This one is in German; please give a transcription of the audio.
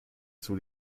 zur